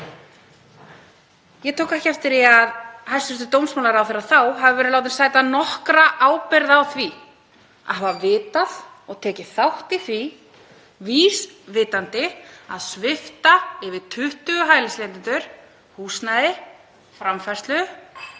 Ég tók ekki eftir því að hæstv. dómsmálaráðherra þá hafi verið látinn sæta nokkurri ábyrgð á því að hafa vitað og tekið þátt í því vísvitandi að svipta yfir 20 hælisleitendur húsnæði, framfærslu